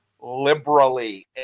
liberally